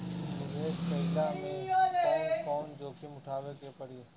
निवेस कईला मे कउन कउन जोखिम उठावे के परि?